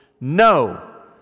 No